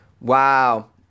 Wow